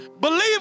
Believe